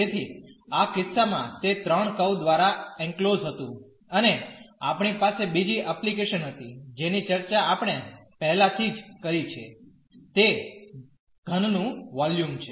તેથી આ કિસ્સામાં તે ત્રણ કર્વ દ્વારા એનક્લોઝડ હતું અને આપણી પાસે બીજી એપ્લિકેશન હતી જેની ચર્ચા આપણે પહેલાથી કરી છે તે ઘનનું વોલ્યુમ છે